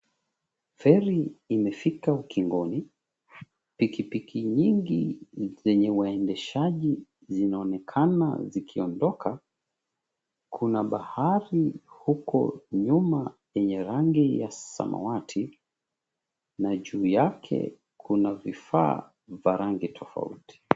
Feri imefika ukingoni, pikipiki nyingi zenye waendeshaji zinaonekana zikiondoka, kuna bahari huko nyuma yenye rangi ya samawati, na juu yake kuna vifaa vya rangi tofauti.